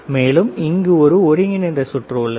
மேலும் இங்கு ஒரு ஒருங்கிணைந்த சுற்று உள்ளது